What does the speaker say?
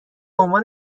عنوان